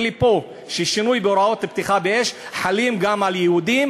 לי פה שהשינוי בהוראות פתיחה באש חל גם על יהודים,